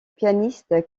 pianiste